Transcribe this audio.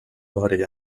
body